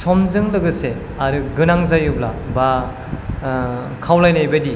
समजों लोगोसे आरो गोनां जायोब्ला बा खावलायनाय बादि